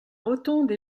rotonde